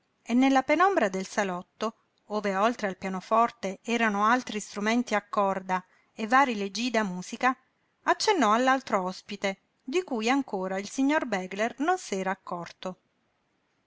e nella penombra del salotto ove oltre al pianoforte erano altri strumenti a corda e varii leggii da musica accennò all'altro ospite di cui ancora il signor begler non s'era accorto